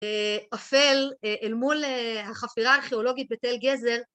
אפל אל מול החפירה הארכיאולוגית בתל גזר